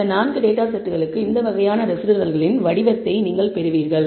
இந்த 4 டேட்டா செட்களுக்கு இந்த வகையான ரெஸிடுவல்களின் வடிவத்தை நீங்கள் பெறுவீர்கள்